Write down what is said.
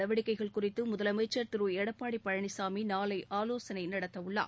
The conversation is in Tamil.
நடவடிக்கைகள் குறித்து முதலமைச்சர் திரு எடப்பாடி பழனிசாமி நாளை ஆலோசனை நடத்த உள்ளார்